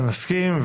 אני מסכים.